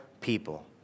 people